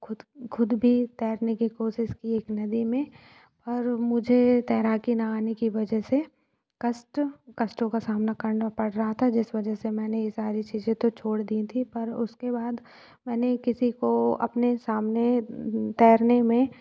ख़ुद ख़ुद भी तैरने की कोशिश की एक नदी में और मुझे तैराकी ना आने की वजह से कष्ट कष्टों का सामना करना पड़ रहा था जिस वजह से मैंने ये सारी चीज़े तो छोड़ दी थी पर उसके बाद मैंने किसी को अपने सामने तैरने में